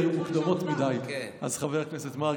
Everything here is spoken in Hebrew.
כבר אמר פה מישהו "השמועות על מותי היו מוקדמות מדי" אז חבר הכנסת מרגי,